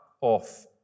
off